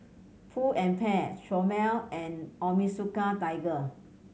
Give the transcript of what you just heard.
Pull and Bear Chomel and Onitsuka Tiger